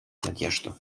надежду